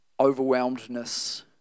overwhelmedness